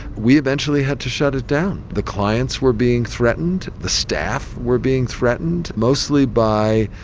we eventually had to shut it down. the clients were being threatened. the staff were being threatened, mostly by.